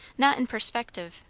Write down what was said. not in perspective,